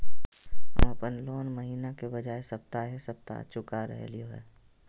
हम अप्पन लोन महीने के बजाय सप्ताहे सप्ताह चुका रहलिओ हें